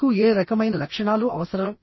మీకు ఏ రకమైన లక్షణాలు అవసరం